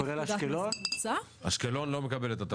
כולל אשקלון?- אשקלון לא מקבלת הטבות.